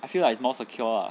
I feel like it's more secure lah